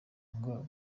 ngo